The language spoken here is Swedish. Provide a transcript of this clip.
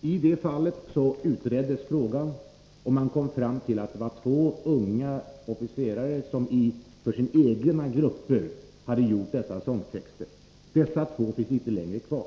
I det fallet gjordes en utredning, och man kom fram till att det var två unga officerare som för sina egna grupper hade gjort dessa sångtexter. Dessa två officerare finns inte längre kvar.